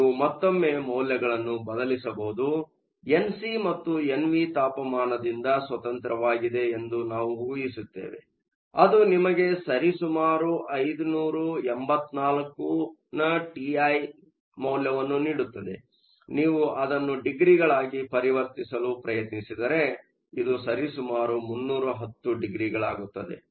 ನೀವು ಮತ್ತೊಮ್ಮೆ ಮೌಲ್ಯಗಳನ್ನು ಬದಲಿಸಬಹುದು ಎನ್ಸಿ ಮತ್ತು ಎನ್ವಿ ತಾಪಮಾನದಿಂದ ಸ್ವತಂತ್ರವಾಗಿವೆ ಎಂದು ನಾವು ಊಹಿಸುತ್ತೇವೆ ಅದು ನಿಮಗೆ ಸರಿಸುಮಾರು 584 ಕೆಲ್ವಿನ್ನ ಟಿಐ ನೀಡುತ್ತದೆ ನೀವು ಅದನ್ನು ಡಿಗ್ರಿಗಳಾಗಿ ಪರಿವರ್ತಿಸಲು ಪ್ರಯತ್ನಿಸಿದರೆ ಇದು ಸರಿಸುಮಾರು 310 ಡಿಗ್ರಿಗಳಾಗುತ್ತದೆ